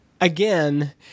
Again